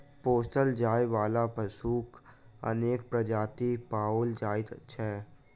पोसल जाय बला पशुक अनेक प्रजाति पाओल जाइत छै